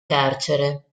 carcere